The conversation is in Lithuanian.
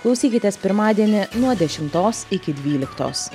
klausykitės pirmadienį nuo dešimtos iki dvyliktos